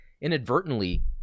inadvertently